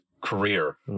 career